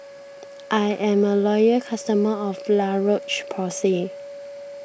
I'm a loyal customer of La Roche Porsay